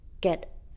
get